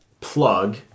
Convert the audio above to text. plug